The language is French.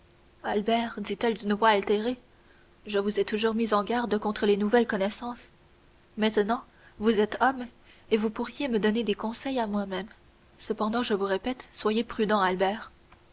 albert dit-elle d'une voix altérée je vous ai toujours mis en garde contre les nouvelles connaissances maintenant vous êtes homme et vous pourriez me donner des conseils à moi-même cependant je vous répète soyez prudent albert